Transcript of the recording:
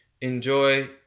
enjoy